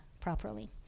properly